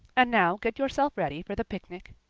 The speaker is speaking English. and now get yourself ready for the picnic.